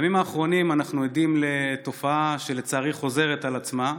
בימים האחרונים אנחנו עדים לתופעה שלצערי חוזרת על עצמה,